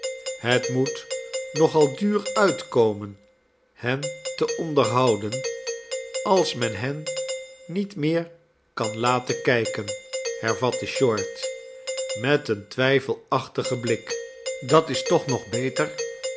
het moet nog al duur uitkomen hen te onderhouden als men hen niet meer kan laten kijken hervatte short met een twijfelachtigen blik dat is toch nog beter